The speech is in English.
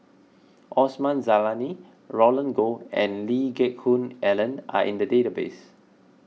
Osman Zailani Roland Goh and Lee Geck Hoon Ellen are in the database